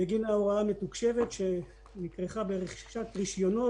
ההוראה המתוקשבת - רכישת רישיונות,